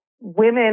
women